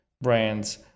brands